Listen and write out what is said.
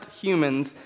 humans